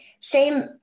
Shame